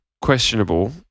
questionable